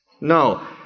No